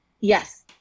Yes